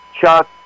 Chuck